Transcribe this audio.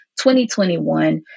2021